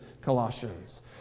Colossians